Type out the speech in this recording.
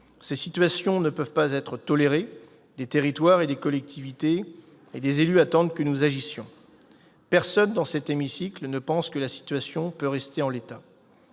Ces situations ne peuvent pas être tolérées. Des territoires, des collectivités et des élus attendent que nous agissions. Personne dans cet hémicycle ne pense que la situation peut rester en l'état.